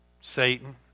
Satan